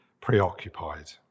preoccupied